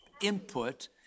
input